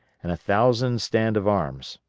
and a thousand stand of arms.